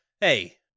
hey